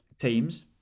teams